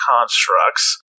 constructs